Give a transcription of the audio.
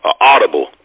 audible